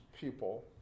people